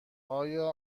آیا